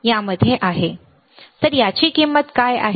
तर याची किंमत काय आहे